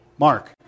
Mark